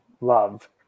Love